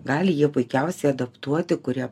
gali jie puikiausiai adaptuoti kurie